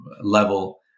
level